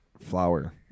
flower